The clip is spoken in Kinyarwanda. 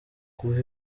kuva